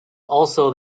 also